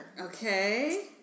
okay